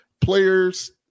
players –